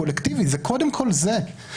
קולקטיבי זה קודם כול זה.